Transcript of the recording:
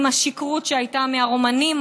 עם השכרות שהייתה של הרומנים,